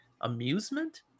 amusement